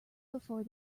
before